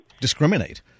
Discriminate